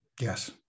Yes